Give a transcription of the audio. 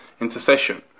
intercession